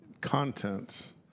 Contents